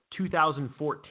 2014